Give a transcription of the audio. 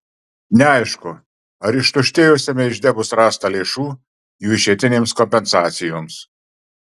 neaišku ar ištuštėjusiame ižde bus rasta lėšų jų išeitinėms kompensacijoms